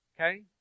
Okay